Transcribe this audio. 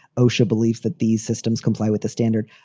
osha believes that these systems comply with the standard.